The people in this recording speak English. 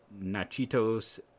Nachitos